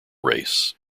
race